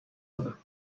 دادم